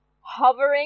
hovering